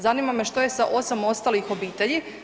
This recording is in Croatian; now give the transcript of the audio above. Zanima me što je sa 8 ostalih obitelji?